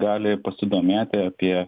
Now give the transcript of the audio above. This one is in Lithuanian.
gali pasidomėti apie